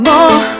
More